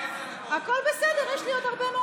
אבל יש לך רק עשר דקות.